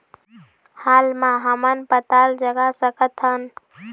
हाल मा हमन पताल जगा सकतहन?